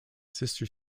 sister